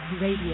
Radio